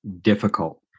difficult